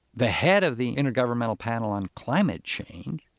the head of the intergovernmental panel on climate change,